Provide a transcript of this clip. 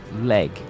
leg